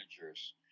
managers